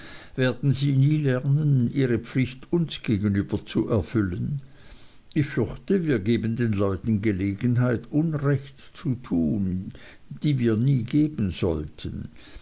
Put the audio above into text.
werden sie nie lernen ihre pflicht uns gegenüber zu erfüllen ich fürchte wir geben den leuten gelegenheit unrecht zu tun die wir nie geben sollten